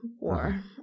war